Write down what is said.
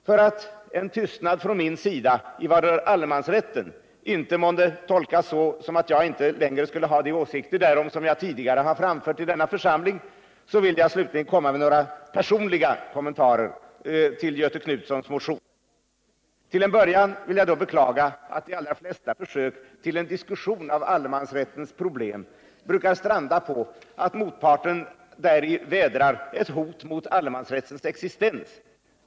För att en tystnad från min sida i vad rör allemansrätten inte månde tolkas så, att jag inte längre skulle ha de åsikter därom som jag tidigare har framfört i denna församling, vill jag slutligen komma med några personliga kommentarer till Göthe Knutsons motion. Till en början vill jag beklaga att de allra flesta försök till en diskussion om allemansrättens problem brukar stranda på att motparten däri vädrar ett hot mot dess existens.